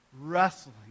wrestling